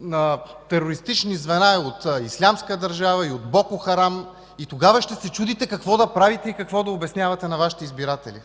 на терористични звена и от „Ислямска държава”, и от Боко Харам, и тогава ще се чудите какво да правите и какво да обяснявате на Вашите избиратели.